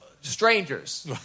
strangers